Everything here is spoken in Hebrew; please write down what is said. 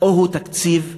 או שהוא תקציב מלחמה,